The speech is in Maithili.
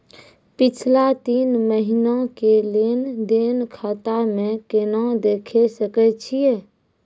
पिछला तीन महिना के लेंन देंन खाता मे केना देखे सकय छियै?